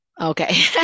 okay